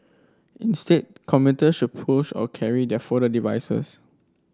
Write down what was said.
instead commuter should push or carry their folded devices